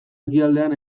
ekialdean